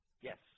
Yes